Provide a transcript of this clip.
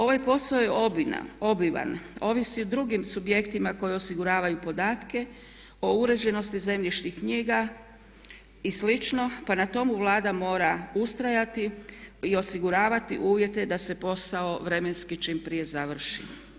Ovaj posao je obiman, ovisi o drugim subjektima koji osiguravaju podatke, o uređenosti zemljišnih knjiga i slično pa na tomu Vlada mora ustrajati i osiguravati uvjete da se posao vremenski čim prije završi.